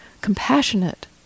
compassionate